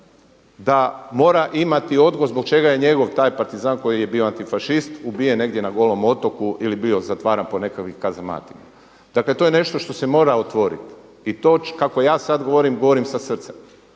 da mora imati odgovor zbog čega je njegov taj partizan koji je bio antifašist ubijen negdje na golom otoku ili bio zatvaran po nekakvim kazamatima. Dakle, to je nešto što se mora otvoriti i to kako ja sada govorim, govorim sa srcem.